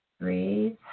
Breathe